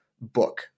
book